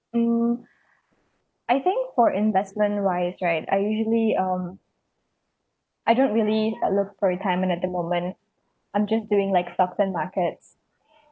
mm I think for investment wise right I usually um I don't really look for retirement at the moment I'm just doing like stocks and markets